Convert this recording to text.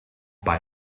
bye